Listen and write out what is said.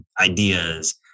ideas